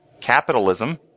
capitalism